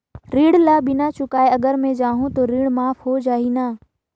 ऋण ला बिना चुकाय अगर मै जाहूं तो ऋण माफ हो जाही न?